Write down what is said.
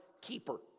keeper